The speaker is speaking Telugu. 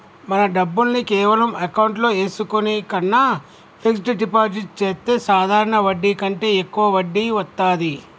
మన డబ్బుల్ని కేవలం అకౌంట్లో ఏసుకునే కన్నా ఫిక్సడ్ డిపాజిట్ చెత్తే సాధారణ వడ్డీ కంటే యెక్కువ వడ్డీ వత్తాది